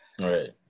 right